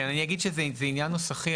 זה עניין נוסחי,